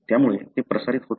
त्यामुळे ते प्रसारित होत नाही